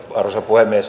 arvoisa puhemies